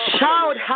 Shout